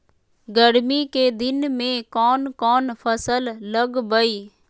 गर्मी के दिन में कौन कौन फसल लगबई?